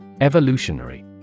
Evolutionary